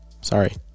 sorry